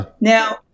Now